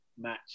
match